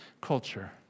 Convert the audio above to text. culture